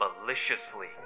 maliciously